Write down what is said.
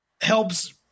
helps